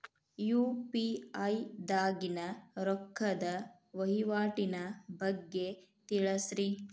UPI ದಾಗಿನ ರೊಕ್ಕದ ವಹಿವಾಟಿನ ಬಗ್ಗೆ ತಿಳಸ್ರಿ